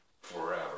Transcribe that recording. forever